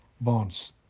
Bonds